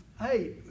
Hey